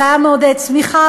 זה היה מעודד צמיחה,